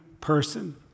person